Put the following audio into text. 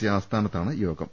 C ആസ്ഥാനത്താണ് യോഗം